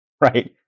Right